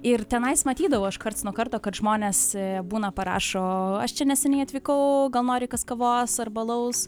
ir tenais matydavau aš karts nuo karto kad žmonės būna parašo aš čia neseniai atvykau gal nori kas kavos arba alaus